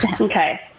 Okay